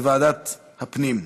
בוועדת הפנים.